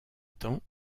temps